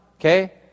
okay